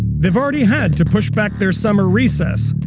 they've already had to push back their summer recess,